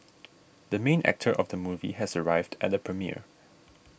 the main actor of the movie has arrived at the premiere